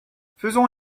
faisons